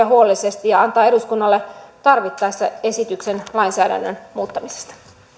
huolellisesti ja antaa eduskunnalle tarvittaessa esityksen lainsäädännön muuttamisesta